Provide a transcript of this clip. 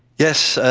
yes,